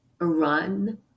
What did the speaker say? run